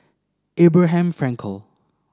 Abraham Frankel